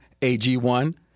AG1